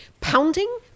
Pounding